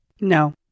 No